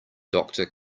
doctor